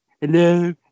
Hello